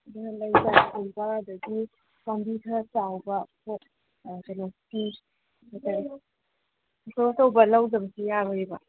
ꯑꯗꯨꯅ ꯂꯩ ꯆꯥꯔꯥꯒꯨꯝꯕ ꯑꯗꯒꯤ ꯄꯥꯝꯕꯤ ꯈꯔ ꯆꯥꯎꯕ ꯄꯣꯠ ꯀꯩꯅꯣ ꯐꯤ ꯍꯥꯏꯇꯔꯦ ꯏꯟꯁꯇꯣꯜ ꯇꯧꯕ ꯂꯧꯗꯕꯁꯨ ꯌꯥꯔꯣꯏꯕ